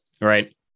right